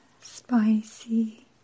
spicy